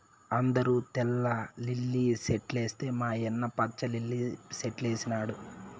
అందరూ తెల్ల లిల్లీ సెట్లేస్తే మా యన్న పచ్చ లిల్లి సెట్లేసినాడు